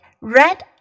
red